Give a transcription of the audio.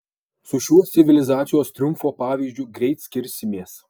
su šiuo civilizacijos triumfo pavyzdžiu greit skirsimės